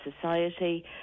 society